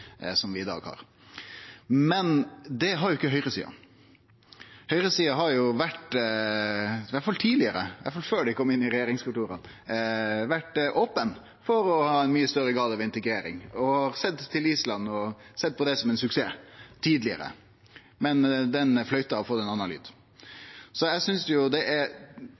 som vi i dag har. Men det er jo ikkje høgresida. Høgresida har – iallfall tidlegare, før dei kom inn i regjeringskontora – vore opne for å ha ein mykje større grad av integrering, har sett til Island og sett på det som det som suksess – tidlegare. Men den fløyta har fått ein annan lyd. Så det er med tilfredsheit eg no ser at ein avviser det